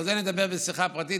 על זה נדבר בשיחה פרטית,